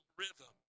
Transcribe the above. rhythm